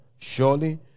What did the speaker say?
Surely